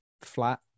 flat